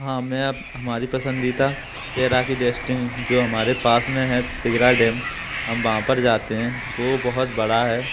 हाँ मैं अब हमारी पसंदीदा तैराकी डेस्टिनिग जो हमारे पास में है तिगरा डैम हम वहाँ पर जाते हैं वो बहुत बड़ा है